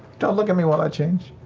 don't look at me while i change.